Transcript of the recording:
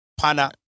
Pana